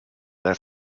that